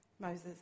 Moses